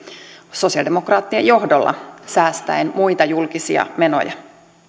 sosialidemokraattien johdolla säästäen muita julkisia menoja